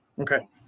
Okay